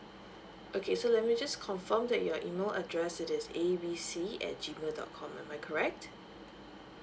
okay so let me just confirm that your email address it is A B C at G mail dot com am I correct